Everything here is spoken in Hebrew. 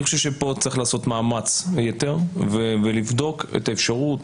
אני חושב שפה צריך לעשות מאמץ יתר ולבדוק את האפשרות,